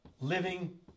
living